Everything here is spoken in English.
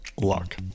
luck